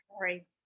sorry